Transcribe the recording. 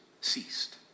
ceased